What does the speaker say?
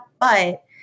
But-